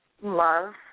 love